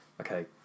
okay